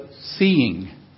seeing